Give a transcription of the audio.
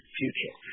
future